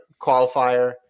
qualifier